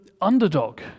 underdog